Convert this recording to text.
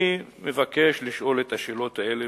אני מבקש לשאול את השאלות האלה,